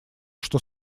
что